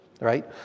right